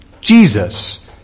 Jesus